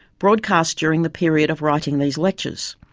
broadcast during the period of writing these lectures.